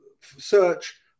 search